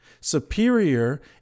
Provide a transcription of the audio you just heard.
Superior